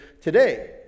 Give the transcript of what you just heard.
today